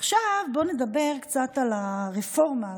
עכשיו בואו נדבר על הרפורמה הזאת,